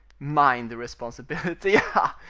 mine the responsibility? ha!